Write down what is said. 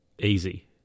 easy